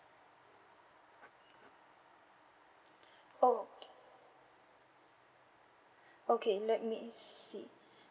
oh okay let me see